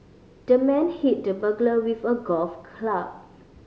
the man hit the burglar with a golf club